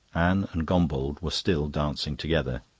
anne and gombauld were still dancing together.